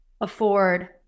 afford